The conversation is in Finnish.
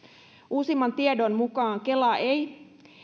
uusimman tiedon mukaan kela ei